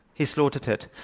he slaughtered it.